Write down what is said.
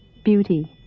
beauty,